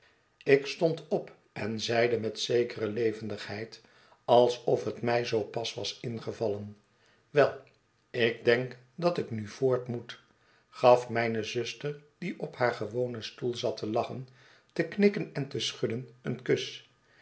ik stond op en zeide met zekere levendigheid alsof het mij zoo pas was ingevallen wei ik denk dat ik nu voort moet gaf mijne zuster die op haar gewonen stoel zat te lachen te knikken en te schudden eenkus